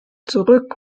zurück